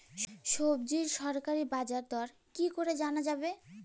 সবজির সরকারি বাজার দর কি করে জানা যাবে?